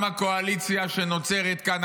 גם הקואליציה שנוצרת כאן,